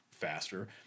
faster